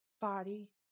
Body